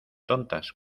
tontas